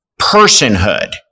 personhood